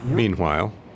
Meanwhile